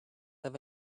have